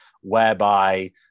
whereby